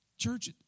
Church